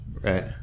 Right